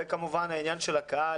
כמובן יש את העניין של הקהל.